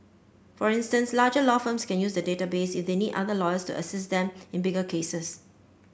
for instance larger law firms can use the database if they need other lawyers to assist them in bigger cases